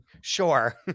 Sure